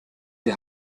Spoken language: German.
die